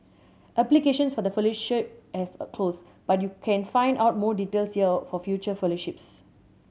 applications for the fellowship have closed but you can find out more details here for future fellowships